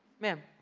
ma'am.